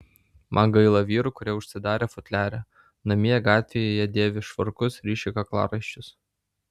man gaila vyrų kurie užsidarę futliare namie gatvėje jie dėvi švarkus ryši kaklaraiščius